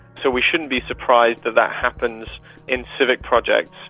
so we shouldn't be surprised that that happens in civic projects.